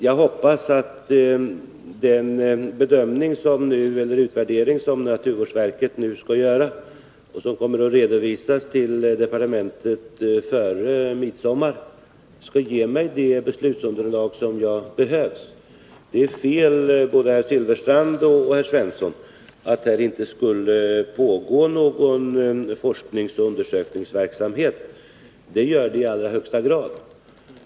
Jag hoppas att den utvärdering som naturvårdsverket nu skall göra och som kommer att redovisas till departementet före midsommaren skall ge mig det beslutsunderlag som behövs. Det är fel — det vill jag säga till både Bengt Silfverstrand och Lars Svensson — att påstå att det inte skulle pågå någon forskningsoch undersökningsverksamhet. Det gör det i allra högsta grad.